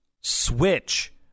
switch